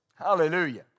Hallelujah